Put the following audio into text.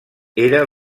era